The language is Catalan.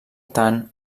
tant